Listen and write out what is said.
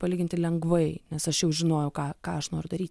palyginti lengvai nes aš jau žinojau ką ką aš noriu daryti